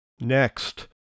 Next